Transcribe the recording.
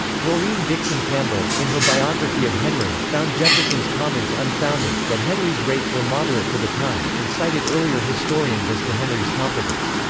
norine dickson campbell, in her biography of henry, found jefferson's comments unfounded that henry's rates were moderate for the time, and cited earlier historians as to henry's competence.